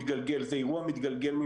באירוע מתגלגל.